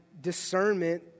discernment